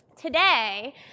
today